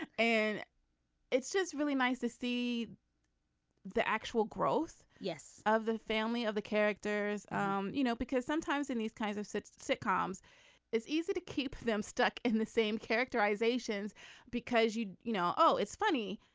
and and it's just really nice to see the actual growth yes. of the family of the characters um you know because sometimes in these kinds of sets sitcoms it's easy to keep them stuck in the same characterizations because you you know oh it's funny.